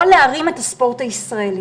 או להרים את הספורט הישראלי.